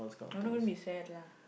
I know don't be sad lah